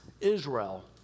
Israel